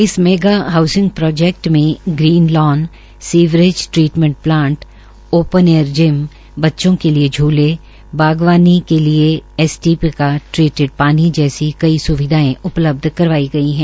इस mega housing project में green lawn sewerage treatment plant open air gym बच्चों के लिये झूले बागवानी के लिए एसटीपी का ट्रीटेड पानी जैसी कई स्विधायें उपलब्ध करवाई गई है